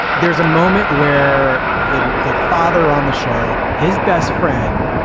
there's a moment where the the father on the show, his best friend,